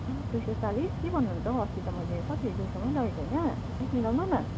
आम्माम् दुई सय चालिस के भन्नुहुन्छ हौ अस्ति त मैले कति दुई सयमै लगेको हैन अलिक मिलाउनु न